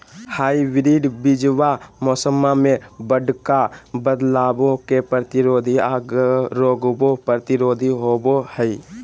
hybrid बीजावा मौसम्मा मे बडका बदलाबो के प्रतिरोधी आ रोगबो प्रतिरोधी होबो हई